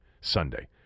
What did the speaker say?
Sunday